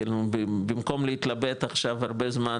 כאילו במקום להתלבט עכשיו הרבה זמן,